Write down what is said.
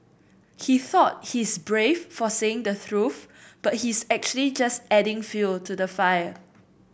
he thought he's brave for saying the truth but he's actually just adding fuel to the fire